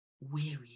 weary